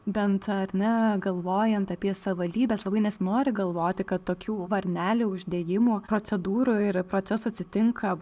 bent ar ne galvojant apie savivaldybes labai nesinori galvoti kad tokių varnelių uždėjimo procedūrų ir ir procesų atsitinka